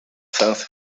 sens